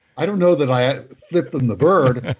i don't know that i flipped them the bird,